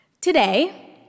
Today